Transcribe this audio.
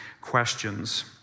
questions